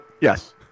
yes